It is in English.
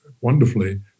wonderfully